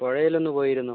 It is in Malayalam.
പുഴയിലൊന്ന് പോയിരുന്നു